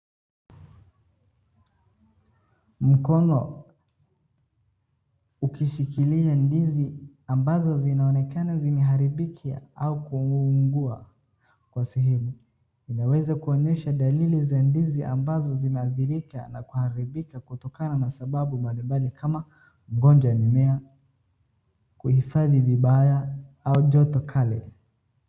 Mkono ukishikilia ndizi ambazo zinaonekana zimeharibika au kuungua kwa sehemu inaweza kuonyesha dalili za ndizi ambazo zinaadhirika na kuharibika kutokana na sababu mbali mbali kama ugonjwa wa mimea, kuhifadhi vibaya au joto kali.